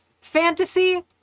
fantasy